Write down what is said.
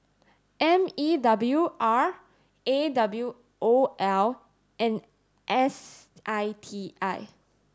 M E W R A W O L and S I T I